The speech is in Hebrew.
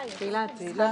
זה לא